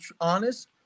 honest